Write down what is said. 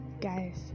Guys